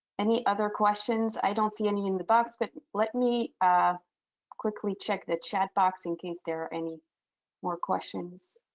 any other questions? i don't see any in the box but let me ah quickly check the chatbox in case there are any more questions.